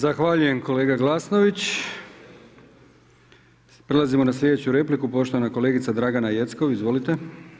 Zahvaljujem kolega Glasnović, prelazimo na sljedeću repliku, poštovana kolegica Dragana Jeckov, izvolite.